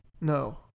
No